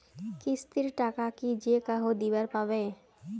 কিস্তির টাকা কি যেকাহো দিবার পাবে?